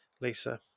Lisa